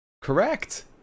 Correct